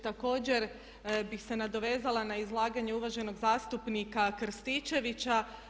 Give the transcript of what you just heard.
Također bih se nadovezala na izlaganje uvaženog zastupnika Krstičevića.